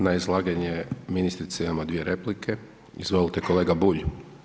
Na izlaganje ministrice imamo dvije replike, izvolite kolega Bulj.